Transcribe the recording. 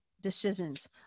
decisions